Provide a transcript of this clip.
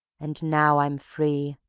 and now i'm free,